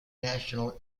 national